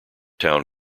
town